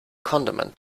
condiment